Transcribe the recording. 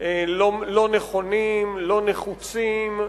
לא נכונים, לא נחוצים,